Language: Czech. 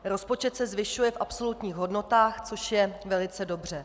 Rozpočet se zvyšuje v absolutních hodnotách, což je velice dobře.